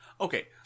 Okay